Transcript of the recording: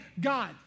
God